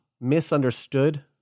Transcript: misunderstood